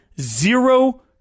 zero